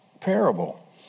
parable